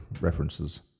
references